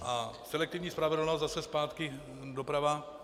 A selektivní spravedlnost zase zpátky doprava.